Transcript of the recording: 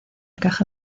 caja